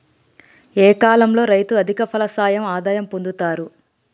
ఏ కాలం లో రైతులు అధిక ఫలసాయం ఆదాయం పొందుతరు?